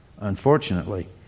unfortunately